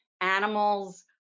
animals